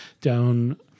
down